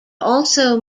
also